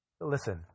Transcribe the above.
Listen